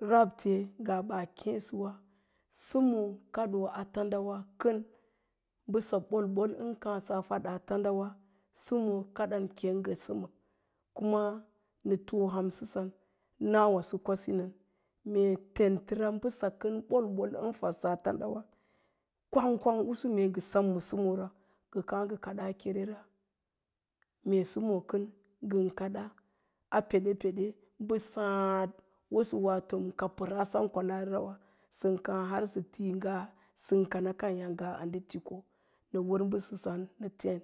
Rable ngaa baa kéesəwa, səmoo a kaɗoo a tandawa kən, mbəsa bolbol ən káásə a fadaa tandawa, səmoo kaɗan keng ngə səmə, kuma nə too hamsəsan, nawaso kwasinən mee tentəra mbəsa kən bolbon ən fədsaa tandawa. Kwangkwang usu mee ngə sem ma səmoora ngə káá ngə kadaa kerera, mee səmoo kən ngən kadda a peɗeped mbə sáád pəraa wosə woa tom ka sem kwalaarira wa, sən káá har ti ngaa sən kanakaya ngaa ndə tiko nəwər mɓəsəsa nə sen